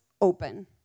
open